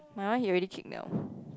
my one he already kick [liao]